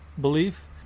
belief